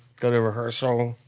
go to rehearsal,